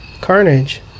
Carnage